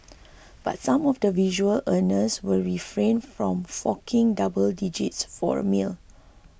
but some of the visual earners will refrain from forking double digits for the meal